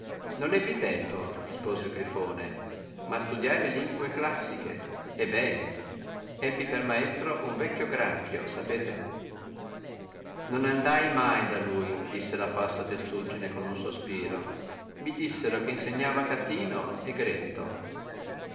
non ebbi tempo rispose il grifone ma studiai le lingue classiche e bene ebbi per maestro un vecchio granchio sapete non andai mai da lui disse la falsa testuggine con un sospiro mi dissero che insegnava catino